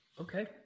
Okay